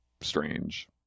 strange